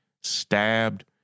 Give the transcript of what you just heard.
stabbed